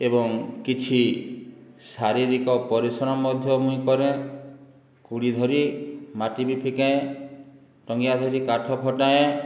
ଏବଂ କିଛି ଶାରୀରିକ ପରିଶ୍ରମ ମଧ୍ୟ ମୁଇଁ କରେ କୁଡ଼ି ଧରି ମାଟି ବି ଫିକେଁ ଟଙ୍ଗିଆ ଧରି କାଠ ଫଟାଏଁ